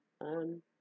on